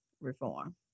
reform